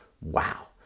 Wow